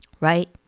right